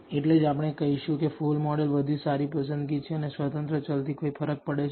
એટલે જ આપણે કહીશું કે ફુલ મોડલ વધુ સારી પસંદગી છે અને સ્વતંત્ર ચલથી કોઈ ફરક પડે છે